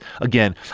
again